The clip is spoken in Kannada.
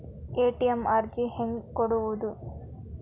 ಎ.ಟಿ.ಎಂ ಅರ್ಜಿ ಹೆಂಗೆ ಕೊಡುವುದು?